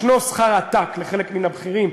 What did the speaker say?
יש שכר עתק לחלק מן הבכירים,